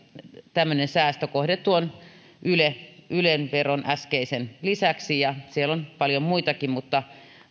tämmöinen säästökohde tuon äskeisen yle veron lisäksi ja siellä on paljon muitakin mutta